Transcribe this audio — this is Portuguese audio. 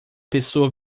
pessoa